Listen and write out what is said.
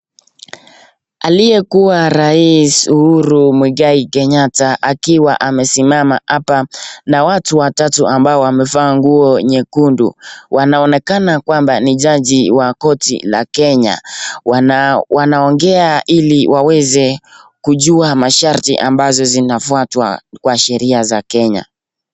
Aliyekuwa rais Uhuru Muigai Kenyata akiwa amesimama hapa na watu watatu ambao wamevaa nguo nyekundu, wanaonekana kwamba ni jaji mkuu wa Kenya, wanaongea ili waweze kujua masharti ambazo zinafwatwa katika sheria ya Kenya.